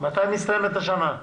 מתי מסתיימת השנה?